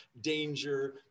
danger